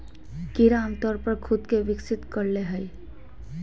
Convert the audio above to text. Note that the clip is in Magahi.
कीड़ा आमतौर पर खुद के विकसित कर ले हइ